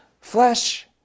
flesh